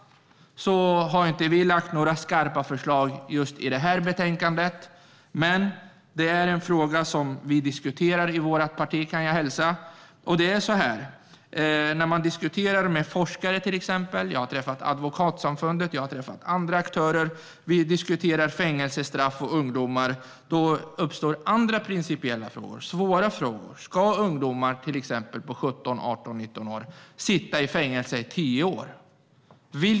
Vi har inte lagt fram några skarpa förslag om straffrabatt i detta betänkande. Men frågan diskuteras i vårt parti. I mina diskussioner med forskare, Advokatsamfundet och andra aktörer om fängelsestraff för ungdomar uppstår svåra principiella frågor. Ska ungdomar på 17, 18 eller 19 år sitta i fängelse i tio år?